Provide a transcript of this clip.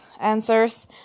answers